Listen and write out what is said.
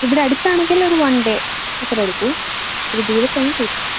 ഇവിടെ അടുത്താണെങ്കിൽ ഒരു വൺ ഡേ അത്രേ എടുക്കൂ ദൂരത്താണെങ്കിൽ ടു ഡേ